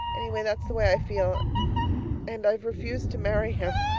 anyway, that's the way i feel and i've refused to marry him.